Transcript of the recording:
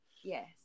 Yes